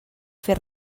fer